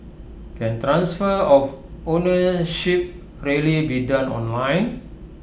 can of ownership really be done online